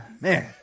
Man